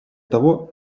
того